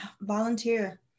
volunteer